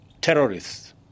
terrorists